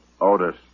Otis